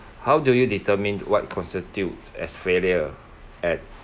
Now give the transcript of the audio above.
how do you determine what constitutes as failure at